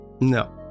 No